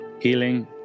healing